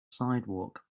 sidewalk